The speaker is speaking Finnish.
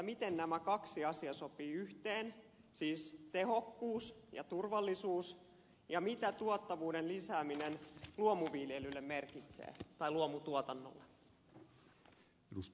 miten nämä kaksi asiaa sopivat yhteen siis tehokkuus ja turvallisuus ja mitä tuottavuuden lisääminen luomutuotannolle merkitsee